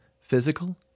physical